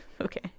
Okay